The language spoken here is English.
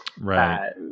Right